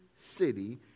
city